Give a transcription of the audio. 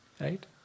Right